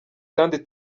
kandi